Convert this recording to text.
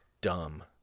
dumb